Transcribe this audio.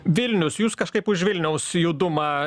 vilnius jūs kažkaip už vilniaus judumą